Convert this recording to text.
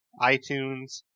iTunes